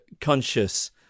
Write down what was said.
conscious